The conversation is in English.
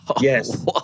Yes